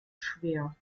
schwer